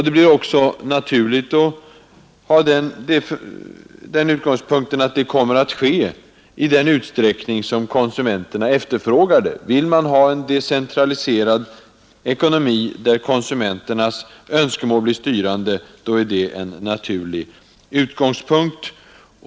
Det blir också rimligt att utgå från att detta kommer att ske i en utsträckning som motsvarar konsumenternas efterfrågan. Vill vi ha en decentraliserad ekonomi, där konsumenternas önskemål blir styrande, är detta en naturlig utgångspunkt.